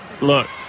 look